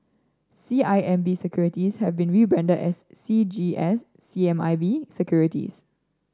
C I M B Securities have been rebranded as C G S C M I B Securities